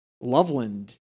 Loveland